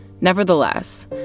Nevertheless